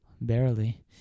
Barely